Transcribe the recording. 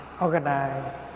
organize